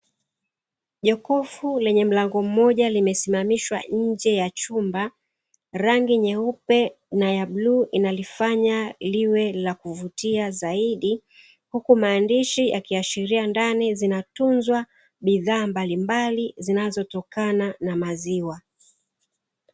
Jokofu lenye mlango mmoja limesimamishwa nje ya chumba, rangi nyeupe na ya bluu inalifanya liwe la kuvutia zaidi huku maandishi yakiashiria ndani yanatunza bidhaa mbalimbali zinazotokana na maziwa.